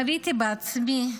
חוויתי בעצמי,